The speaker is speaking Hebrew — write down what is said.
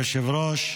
מכובדי היושב-ראש,